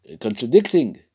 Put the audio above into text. contradicting